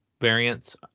variants